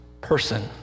person